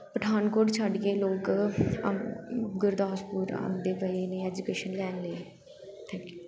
ਪਠਾਨਕੋਟ ਛੱਡ ਕੇ ਲੋਕ ਆ ਗੁਰਦਾਸਪੁਰ ਆਉਂਦੇ ਪਏ ਨੇ ਐਜੂਕੇਸ਼ਨ ਲੈਣ ਲਈ ਥੈਂਕ ਯੂ